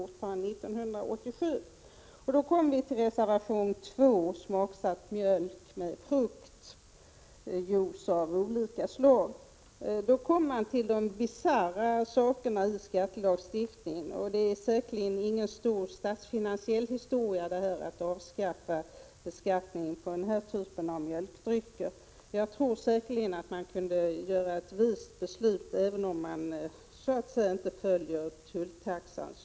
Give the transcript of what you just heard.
Reservation 2 gäller mjölk som är smaksatt med fruktjuice av olika slag. Vi kommer då till de bisarra sakerna i skattelagstiftningen. Det är säkerligen ingen stor statsfinansiell historia att avskaffa beskattningen på den typen av mjölkdrycker. Jag tror att man kan fatta ett vist beslut även om man inte följer tulltaxan.